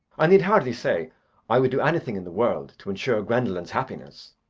i need hardly say i would do anything in the world to ensure gwendolen's happiness.